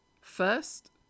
first